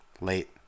late